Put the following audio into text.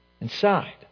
inside